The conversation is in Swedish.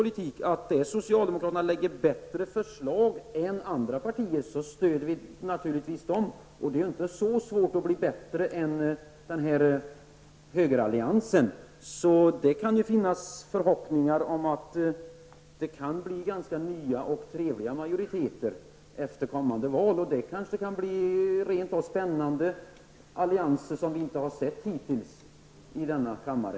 I den mån socialdemokraterna lägger fram bättre förslag än andra partier gör stöder vi naturligtvis dem. Det är inte heller så svårt att bli bättre än denna högerallians. Det finns därför förhoppningar om att det kan bli ganska nya och trevliga majoriteter efter kommande val. Det kan komma att bli spännande allianser av ett slag som vi hittills inte har sett i denna kammare.